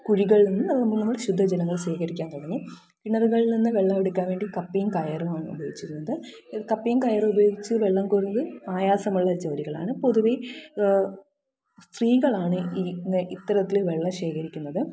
കുഴികളില് നിന്ന് നമ്മൾ ശുദ്ധജലങ്ങള് സ്വീകരിക്കാന് തുടങ്ങി കിണറുകളില് നിന്ന് വെള്ളമെടുക്കാന് വേണ്ടി കപ്പിയും കയറുമാണ് ഉപയോഗിച്ചിരുന്നത് ഈ കപ്പിയും കയറും ഉപയോഗിച്ച് വെള്ളം കോരുന്നത് ആയാസമുള്ള ജോലികളാണ് പൊതുവേ സ്ത്രീകളാണ് ഇത്തരത്തിൽ വെള്ളം ശേഖരിക്കുന്നത്